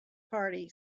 party